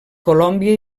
colòmbia